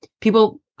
people